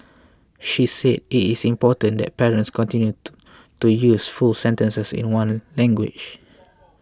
she said it is important that parents continue to to use full sentences in one language